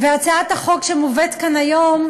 הצעת החוק שמובאת כאן היום,